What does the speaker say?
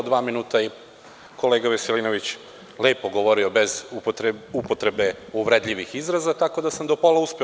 Dva minuta kolega Veselinović je lepo govorio bez upotrebe uvredljivih izraza, tako da sam do pola uspeo.